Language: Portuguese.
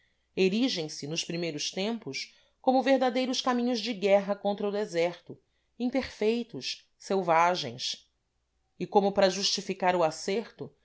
trilhos erigem se nos primeiros tempos como verdadeiros caminhos de guerra contra o deserto imperfeitos selvagens e como para justificar o asserto